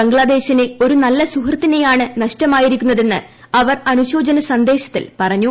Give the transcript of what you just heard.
ബംഗ്ലാദേശിന് ഒരു നല്ല സുഹൃത്തിനെയാണ് നഷ്ടമായിരിക്കുന്നതെന്ന് അവർ അനുശോചന സന്ദേശത്തിൽ പറഞ്ഞു